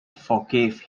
forgave